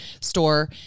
store